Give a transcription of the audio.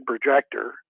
projector